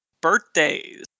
birthdays